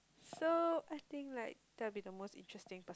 so I think like that will be the most interesting